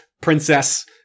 princess